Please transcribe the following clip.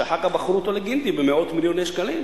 שאחר כך מכרו אותו ל"גינדי" במאות מיליוני שקלים,